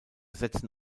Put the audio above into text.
setzen